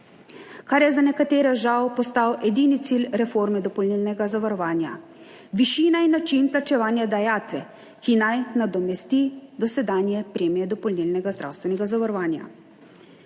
kar je za nekatere, žal, postal edini cilj reforme dopolnilnega zavarovanja, višina in način plačevanja dajatev, ki naj nadomesti dosedanje premije dopolnilnega zdravstvenega zavarovanja.